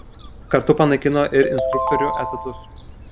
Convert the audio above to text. kartu panaikino ir instruktorių etatus